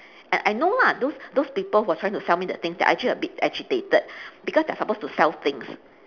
I I know lah those those people who are trying to sell me the things they are actually a bit agitated because they are supposed to sell things